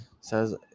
Says